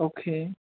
okay